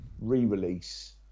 re-release